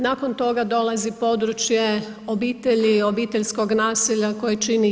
Nakon toga dolazi područje obitelji, obiteljskog nasilja koje čini 1/